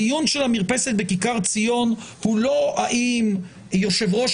הדיון של המרפסת בכיכר ציון הוא לא האם יושב ראש